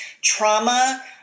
trauma